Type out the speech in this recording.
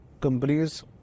companies